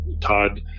Todd